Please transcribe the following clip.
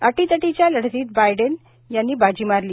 अटीतटीच्या लढतीत बायडेन यांनी बाजी मारली